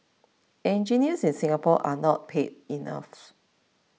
engineers in Singapore are not paid enough